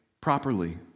properly